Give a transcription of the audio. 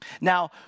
Now